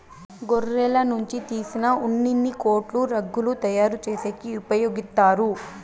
గొర్రెల నుంచి తీసిన ఉన్నిని కోట్లు, రగ్గులు తయారు చేసేకి ఉపయోగిత్తారు